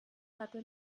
hatte